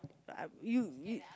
I you you